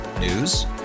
News